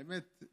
האמת,